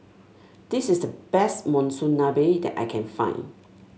this is the best Monsunabe that I can find